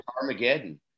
Armageddon